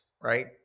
right